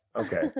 okay